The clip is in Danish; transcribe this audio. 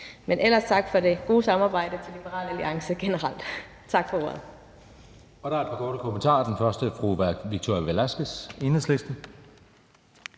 Men tak for det gode samarbejde med Liberal Alliance generelt. Tak for ordet.